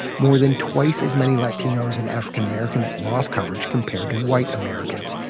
more than twice as many latinos and african-americans lost coverage compared to white americans.